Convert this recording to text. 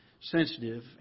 sensitive